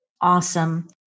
Awesome